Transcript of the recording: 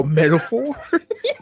metaphors